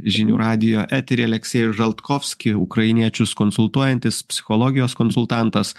žinių radijo etery aleksejus žaltkofski ukrainiečius konsultuojantis psichologijos konsultantas